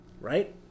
Right